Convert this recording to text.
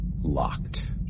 Locked